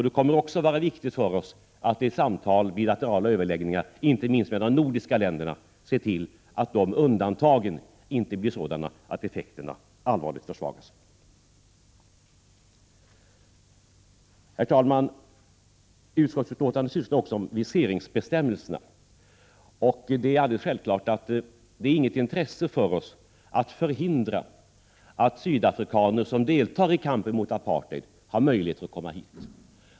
Det kommer också att vara viktigt för oss att i samtal och bilaterala överläggningar inte minst med de nordiska länderna se till att de undantagen inte blir sådana att effekterna allvarligt försvagas. Herr talman! Utskottsbetänkandet sysslar också med viseringsbestämmelserna. Det är helt klart att det inte finns något intresse för oss att förhindra att sydafrikaner som deltar i kampen mot apartheid har möjlighet att komma hit.